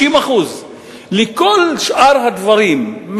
50%. מכל שאר הדברים,